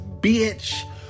bitch